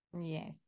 Yes